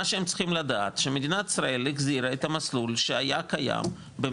מה שהם צריכים לדעת זה שמדינת ישראל החזירה את המסלול שהיה קיים.